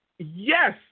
Yes